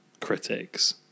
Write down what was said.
critics